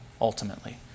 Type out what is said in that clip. Ultimately